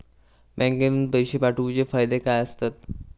बँकेतून पैशे पाठवूचे फायदे काय असतत?